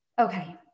okay